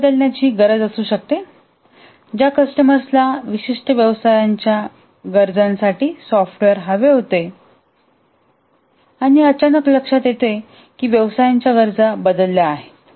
व्यवसाय बदलण्याची गरज असू शकते ज्या कस्टमर्सनाविशिष्ट व्यवसायाच्या गरजांसाठी सॉफ्टवेअर हवे होते अचानक लक्षात आले की त्यांच्या व्यवसायाच्या गरजा बदलल्या आहेत